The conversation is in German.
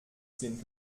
sind